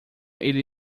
ele